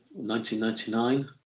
1999